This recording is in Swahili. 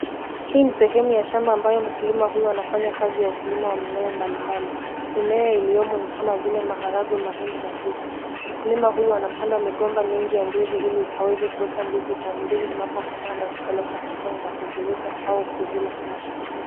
Hii ni sehemu ya shamba ambayo mkulima huyu anafanya kazi ya ukulima wa mimea mbalimbali. Mimea iliyomo ni kama vile maharagwe, mahindi na ndizi. Mkulima huyu anapanda migomba mingi ya ndizi ili ikaweze kuweka ndizi ili ndizi zinapokomaa anazipeleka sokoni na kuziuza au kuzila kama chakula.